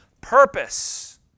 purpose